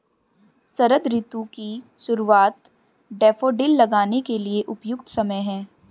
शरद ऋतु की शुरुआत डैफोडिल लगाने के लिए उपयुक्त समय है